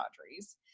Audrey's